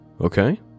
Okay